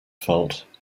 felt